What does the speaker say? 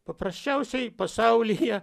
paprasčiausiai pasaulyje